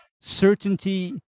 certainty